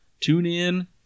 TuneIn